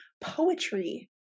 poetry